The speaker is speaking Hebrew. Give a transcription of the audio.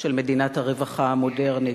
של מדינת הרווחה המודרנית,